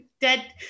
dead